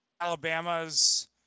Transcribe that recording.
Alabama's